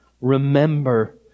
remember